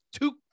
two